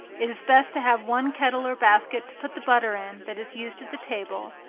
it is best to have one kettle or basket to put the butter in that is used at the table,